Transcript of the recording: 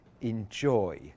enjoy